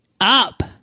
up